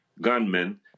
gunmen